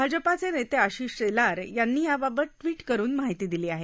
भाजपाचे नेते आशिष शेलार यांनी याबाबत ट्विट करून माहिती दिली आहे